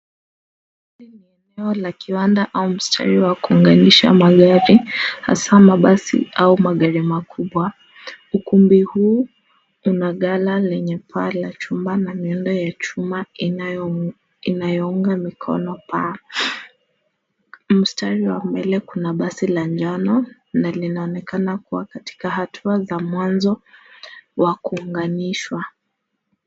Eneo la kiwanda au mstari wa kuunganisha magari hasa mabasi au magari ya makubwa. Ukumbi huu unagala lenye paa la chuma na miundo ya chuma inayounga mikono paa. Mstari wa mbele kuna basi la njono na linaonekana kuwa katika hatua za mwanzo wa kuunganishwa.